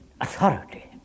authority